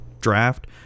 draft